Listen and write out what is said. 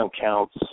counts –